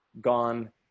gone